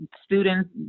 students